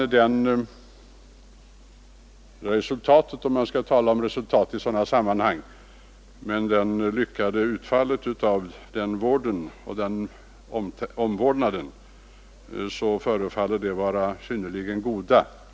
Dessa resultat — om man nu skall tala om resultat i sådana här sammanhang, jag kanske i stället skall säga det lyckade utfallet av vården och omvårdnaden — förefaller vara synnerligen goda.